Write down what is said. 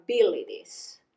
abilities